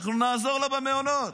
אנחנו נעזור לה במעונות.